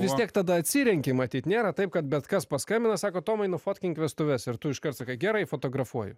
vis tiek tada atsirenki matyt nėra taip kad bet kas paskambino sako tomai nufotkink vestuves ir tu iškart sakai gerai fotografuoja